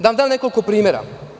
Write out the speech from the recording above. Da vam dam nekoliko primera.